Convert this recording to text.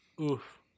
Oof